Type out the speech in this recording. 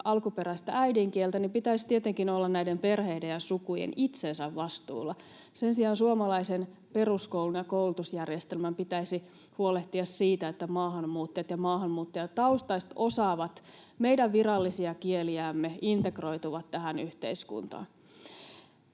alkuperäistä äidinkieltään, pitäisi sen tietenkin olla näiden perheiden ja sukujen itsensä vastuulla. Sen sijaan suomalaisen peruskoulun ja koulutusjärjestelmän pitäisi huolehtia siitä, että maahanmuuttajat ja maahanmuuttajataustaiset osaavat meidän virallisia kieliämme ja integroituvat tähän yhteiskuntaan.